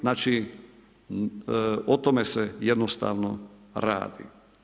Znači, o tome se jednostavno radi.